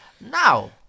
Now